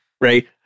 Right